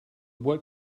what